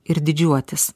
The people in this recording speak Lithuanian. ir didžiuotis